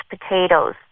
potatoes